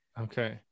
okay